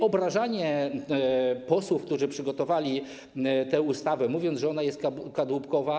Obrażanie posłów, którzy przygotowali tę ustawę, mówienie, że ona jest kadłubkowa.